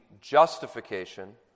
justification